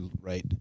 right